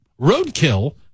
Roadkill